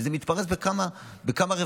וזה מתפרס על כמה רבדים: